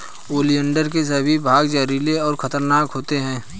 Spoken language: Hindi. ओलियंडर के सभी भाग जहरीले और खतरनाक होते हैं